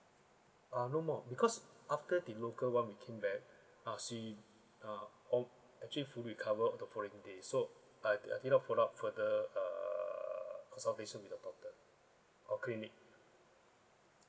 ah no more because after the local one we came back ah she ah all actually full recover the following day so I I did not follow up further uh consultation with the doctor or clinic